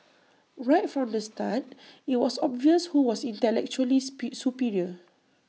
right from the start IT was obvious who was intellectually superior